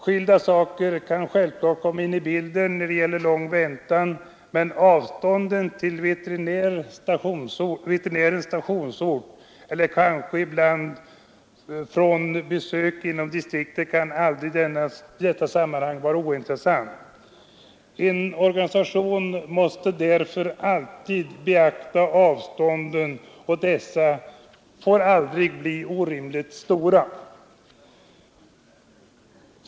Skilda saker kan självklart komma in i bilden när det gäller lång väntan, men avstånden till veterinärens stationsort eller kanske ibland från annat besök inom distriktet kan aldrig i detta sammanhang vara ointressant. En organisation måste därför alltid beakta avstånden, och dessa får aldrig bli orimligt stora.